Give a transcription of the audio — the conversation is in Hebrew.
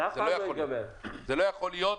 זה לא יכול להיות.